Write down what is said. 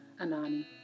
Anani